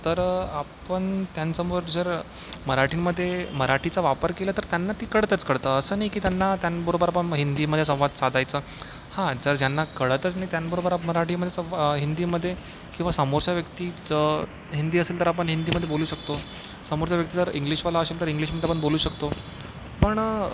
तर आपण त्यांसमोर जर मराठीमध्ये मराठीचा वापर केला तर त्यांना ती कळतंच कळतं असं नाही की त्यांना त्यांबरोबर बा हिंदीमध्ये संवाद साधायचा हां जर ज्यांना कळतच नाही त्यांबरोबर आपण मराठीमध्ये संवा हिंदीमध्ये किंवा समोरचा व्यक्ती जर हिंदी असेल तर आपण हिंदीमध्ये बोलू शकतो समोरचा व्यक्ती जर इंग्लिशवाला असेल तर इंग्लिशमध्ये पण बोलू शकतो पण